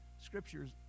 scriptures